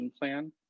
Plan